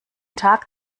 tag